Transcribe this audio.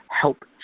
help